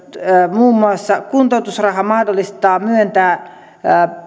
muun muassa kuntoutusraha on mahdollista myöntää